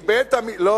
לא.